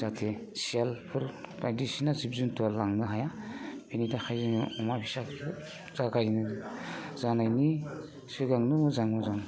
जाहाथे सियालफोर बायदिसिना जिब जुनथुआ लांनो हाया बिनि थाखायनो अमा फिसा जागायनो जानायनि सिगांनो मोजां मोजां